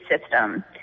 system